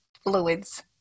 Fluids